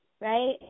right